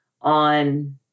on